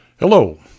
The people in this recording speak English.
Hello